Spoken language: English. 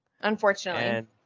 unfortunately